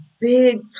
big